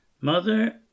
Mother